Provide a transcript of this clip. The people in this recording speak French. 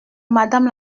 madame